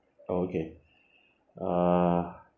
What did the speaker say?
oh okay uh